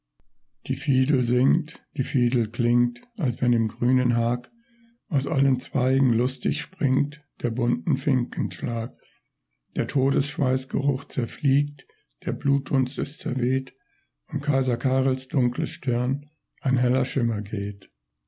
die fiedel singt die fiedel klingt als wenn im grünen hag aus allen zweigen lustig springt der bunten finken schlag der todesschweißgeruch zerfliegt der blutdunst ist zerweht um kaiser karels dunkle stirn ein heller schimmer geht